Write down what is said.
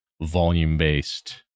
volume-based